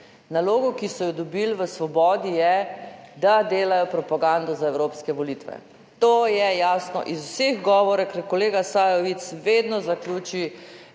Nalogo, ki so jo dobili v Svobodi je, da delajo propagando za evropske volitve. To je jasno iz vseh govorov, ker kolega Sajovic vedno zaključi,